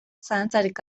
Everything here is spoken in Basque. zalantzarik